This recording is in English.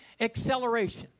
acceleration